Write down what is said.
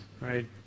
right